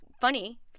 Funny